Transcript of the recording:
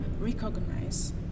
recognize